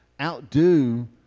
Outdo